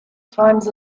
times